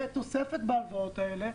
שתהיה תוספת בהלוואות האלה,